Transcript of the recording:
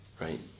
right